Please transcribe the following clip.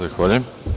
Zahvaljujem.